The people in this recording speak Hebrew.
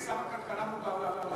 רק לשר הכלכלה מותר להראות,